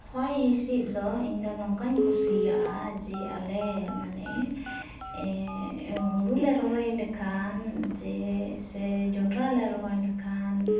ᱦᱚᱭ ᱦᱤᱸᱥᱤᱫ ᱫᱚ ᱤᱧᱫᱚ ᱱᱚᱝᱠᱟᱧ ᱠᱩᱥᱤᱭᱟᱜᱼᱟ ᱡᱮ ᱟᱞᱮ ᱢᱟᱱᱮ ᱦᱩᱲᱩ ᱞᱮ ᱨᱚᱦᱚᱭ ᱞᱮᱠᱷᱟᱱ ᱡᱮ ᱥᱮ ᱡᱚᱸᱰᱨᱟ ᱞᱮ ᱨᱚᱦᱚᱭ ᱞᱮᱠᱷᱟᱱ